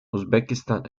uzbekistan